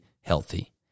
healthy